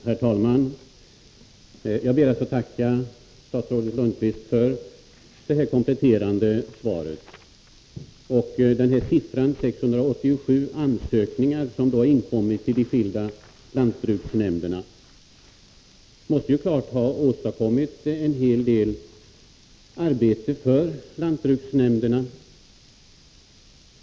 Herr talman! Jag ber att få tacka statsrådet Lundkvist för detta kompletterande svar. De 687 ansökningar som har inkommit till de skilda lantbruksnämnderna måste självfallet ha åstadkommit en hel del arbete för lantbruksnämnderna.